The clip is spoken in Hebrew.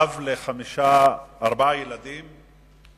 אב לארבעה ילדים,